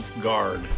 guard